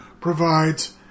provides